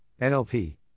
NLP